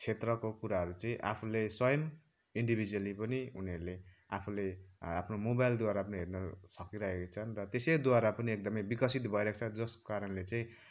क्षेत्रको कुराहरू चाहिँ आफुले स्वयम् इन्डिभिज्वली पनि उनीहरूले आफुले आफ्नु मोबाइलद्वारा पनि हेर्न सकिरहेका छन् त्यसैद्वारा पनि एकदमै विकसित भइरहेको छ जसको कारणले चाहिँ